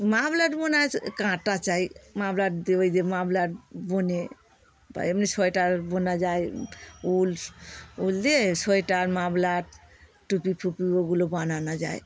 muffler বোনার কাঁটা চাই মাফলার দিয়ে ওই দিয়ে মাফলার বোনে বা এমনি সোয়েটার বোনা যায় উল উল দিয়ে সোয়েটার মাফলার টুপি ফুপি ওগুলো বানানো যায়